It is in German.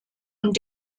und